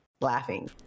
Laughing